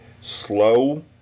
slow